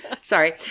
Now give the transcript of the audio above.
Sorry